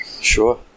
Sure